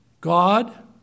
God